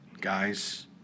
guys